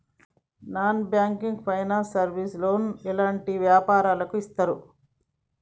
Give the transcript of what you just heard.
Non banking finance service లో loan ఎలాంటి వ్యాపారులకు ఇస్తరు?